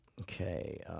Okay